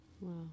Wow